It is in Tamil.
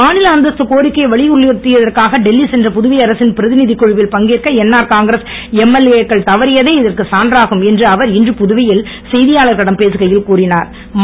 மாநில அந்தஸ் கோரிக்கையை வலியுறுத்தியுள்ளதற்காக டெல்லி சென்ற புதுவை அரசின் பிரதிநிதக் குழுவில் பங்கேற்க என்ஆர் காங்கிரஸ் எம்எல்ஏ க்கள் தவறியதே இதற்குச் சான்றாகும் என்று அவர் இன்று புதுவையில் செய்தியாளர்களிடம் பேசுகையில் கூறிஞர்